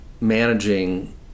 managing